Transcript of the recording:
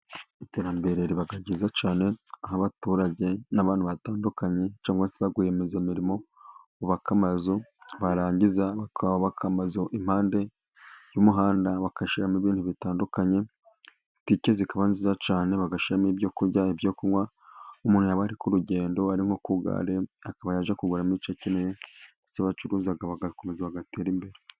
Iterambere riba ryiza cyane, aho abaturage n'abantu batandukanye, cyangwa se ba rwiyemezamirimo, bubaka amazu, barangiza bakubaka amazu impande y'umuhanda, bagashyiramo ibintu bitandukanye. Butike zikaba nziza cyane, bagashyiramo ibyo kurya, ibyo kunywa. Umuntu yaba ari ku rugendo, ari nko ku igare, akaba yajyamo kugura icyo akeneye. Ndetse abacuruza, bagakomeza bagatera imbere.